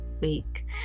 week